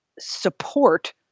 support